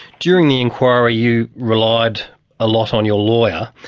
during the inquiry you relied a lot on your lawyer,